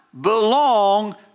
belong